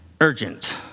urgent